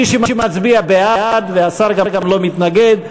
מי שמצביע בעד והשר גם לא מתנגד,